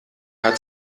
hat